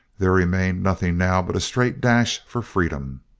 there remained nothing now but a straight dash for freedom.